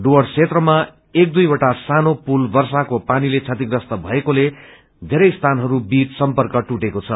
डुर्वस क्षेत्रमा एक दुई वटा सानो पुल वर्षाको पानीले क्षतिग्रस्त भएक्रेले वेरै स्थनहरूबीच सर्मक टुटेको छ